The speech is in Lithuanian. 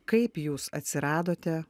kaip jūs atsiradote